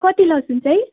कति लसुन चाहिँ